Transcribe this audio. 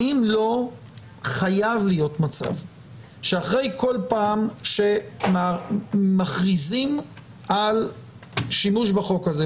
האם לא חייב להיות מצב שאחרי כל פעם שמכריזים על שימוש בחוק הזה,